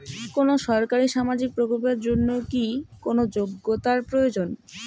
কোনো সরকারি সামাজিক প্রকল্পের জন্য কি কোনো যোগ্যতার প্রয়োজন?